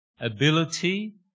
ability